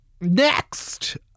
Next